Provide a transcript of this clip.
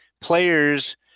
players